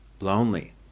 lonely